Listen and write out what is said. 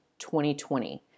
2020